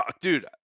Dude